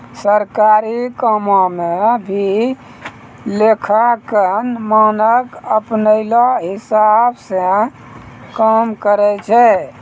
सरकारी कामो म भी लेखांकन मानक अपनौ हिसाब स काम करय छै